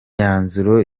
myanzuro